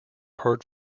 heard